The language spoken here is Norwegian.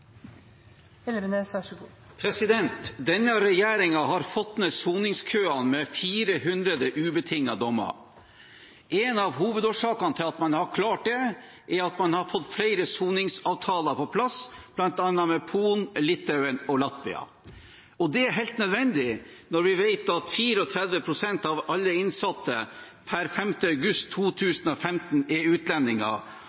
Denne regjeringen har fått ned soningskøene med 400 ubetingede dommer. En av hovedårsakene til at man har klart det, er at man har fått flere soningsavtaler på plass, bl.a. med Polen, Litauen og Latvia. Det er helt nødvendig når vi vet at 34 pst. av alle innsatte per 5. august 2015 er